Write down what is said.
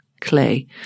clay